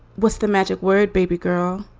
what's the magic word, baby girl?